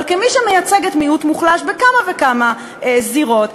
אבל כמי שמייצגת מיעוט מוחלש בכמה וכמה זירות,